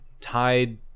tied